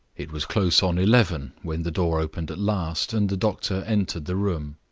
it was close on eleven when the door opened at last, and the doctor entered the room.